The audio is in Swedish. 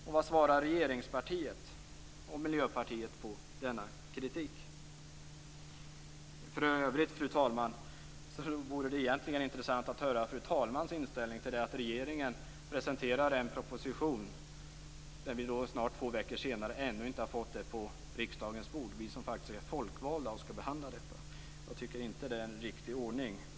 Och vad svarar regeringspartiet och Miljöpartiet på denna kritik? Fru talman! För övrigt vore det egentligen intressant att höra fru talmans inställning till att regeringen presenterar en proposition och att vi snart två veckor senare ännu inte har fått den på riksdagens bord. Vi är ju faktiskt folkvalda och skall behandla detta. Jag tycker inte att det är en riktig ordning.